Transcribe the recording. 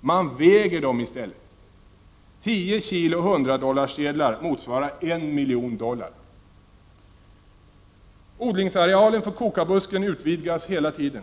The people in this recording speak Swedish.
Man väger dem i stället. 10 kg hundradollarsedlar motsvarar 1 miljon dollar. Odlingsarealen för kokabusken utvidgas hela tiden.